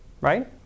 right